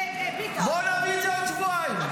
בוא נביא את זה בעוד שבועיים.